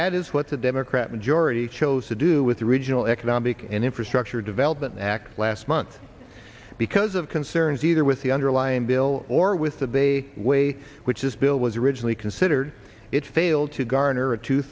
that is what the democrat majority chose to do with the original economic and infrastructure development act last month because of concerns either with the underlying bill or with the baby way which is bill was originally considered it failed to garner a two